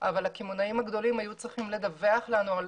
אבל הקמעונאים הגדולים היו צריכים לדווח לנו על